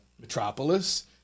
metropolis